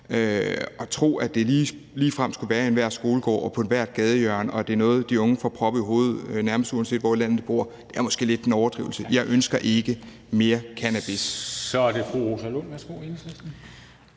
At tro, at det ligefrem skulle være i enhver skolegård og på ethvert gadehjørne, og at det er noget, de unge får proppet i hovedet, nærmest uanset hvor i landet de bor, er måske lidt en overdrivelse. Jeg ønsker ikke mere cannabis. Kl. 15:47 Formanden (Henrik